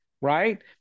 right